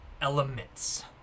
elements